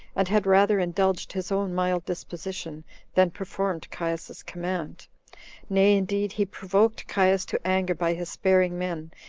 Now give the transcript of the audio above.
and had rather indulged his own mild disposition than performed caius's command nay, indeed, he provoked caius to anger by his sparing men,